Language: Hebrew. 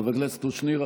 חבר הכנסת קושניר,